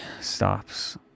stops